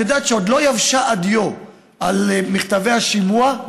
את יודעת שעוד לא יבשה הדיו על מכתבי השימוע,